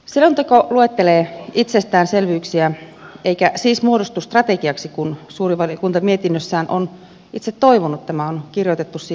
selonteko luettelee itsestäänselvyyksiä eikä siis muodostu strategiaksi kuten suuri valiokunta mietinnössään on itse toivonut tämä on kirjoitettu siihen mietintöön